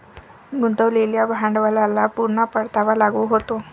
गुंतवलेल्या भांडवलाला पूर्ण परतावा लागू होतो